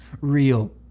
real